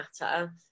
matter